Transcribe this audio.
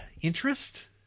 Interest